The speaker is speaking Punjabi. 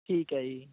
ਠੀਕ ਹੈ ਜੀ